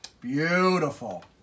Beautiful